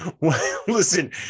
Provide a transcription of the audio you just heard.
listen